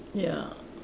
ya